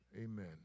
Amen